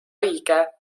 õige